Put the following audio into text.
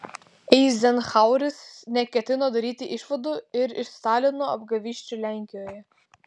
eizenhaueris neketino daryti išvadų ir iš stalino apgavysčių lenkijoje